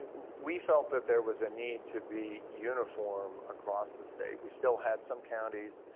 and we felt that there was a need to be uniform across the state. we still had some counties,